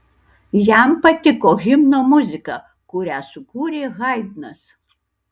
jam patiko himno muzika kurią sukūrė haidnas